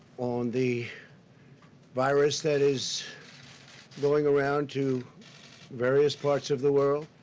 on the virus that is going around to various parts of the world.